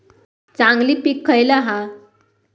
चांगली पीक खयला हा?